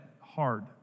hard